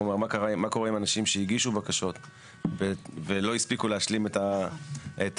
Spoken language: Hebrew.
מה קורה עם אנשים שהגיעו בקשות ולא הספיקו להשלים את